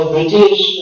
British